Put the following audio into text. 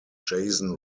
jason